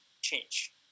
change